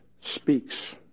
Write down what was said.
speaks